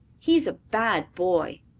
he is a bad boy.